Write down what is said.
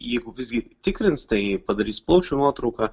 jeigu visgi tikrins tai padarys plaučių nuotrauką